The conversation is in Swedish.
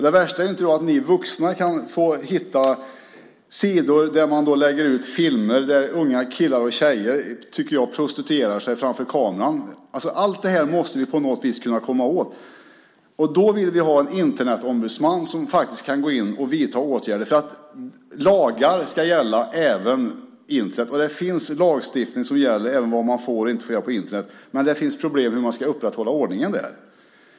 Det värsta är då inte att ni vuxna kan hitta sidor där man lägger ut filmer där jag tycker att unga killar och tjejer prostituerar sig framför kameran. Allt det här måste vi på något vis kunna komma åt, och därför vill vi ha en Internetombudsman som faktiskt kan gå in och vidta åtgärder. Lagar ska gälla även på Internet. Det finns lagstiftning som gäller även vad man får och inte får göra på Internet, men det finns problem med hur man ska upprätthålla ordningen där.